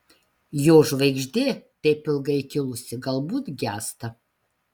jo žvaigždė taip ilgai kilusi galbūt gęsta